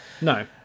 No